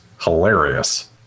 hilarious